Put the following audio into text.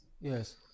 Yes